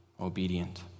obedient